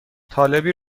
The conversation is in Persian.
طالبی